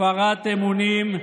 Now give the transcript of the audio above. הפרת אמונים,